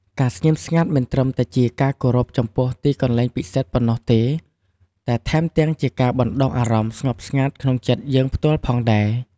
ការស្ងៀមស្ងាត់មិនត្រឹមតែជាការគោរពចំពោះទីកន្លែងពិសិដ្ឋប៉ុណ្ណោះទេ តែថែមទាំងជាការបណ្ដុះអារម្មណ៍ស្ងប់ស្ងាត់ក្នុងចិត្តយើងផ្ទាល់ផងដែរ។